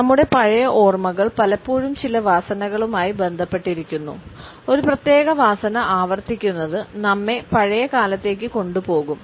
നമ്മുടെ പഴയ ഓർമ്മകൾ പലപ്പോഴും ചില വാസനകളുമായി ബന്ധപ്പെട്ടിരിക്കുന്നു ഒരു പ്രത്യേക വാസന ആവർത്തിക്കുന്നത് നമ്മെ പഴയ കാലത്തേക്കു കൊണ്ടുപോകും